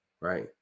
right